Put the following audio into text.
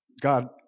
God